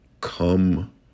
Come